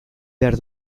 behar